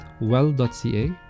well.ca